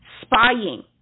spying